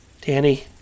Danny